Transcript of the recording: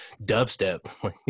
dubstep